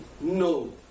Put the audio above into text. no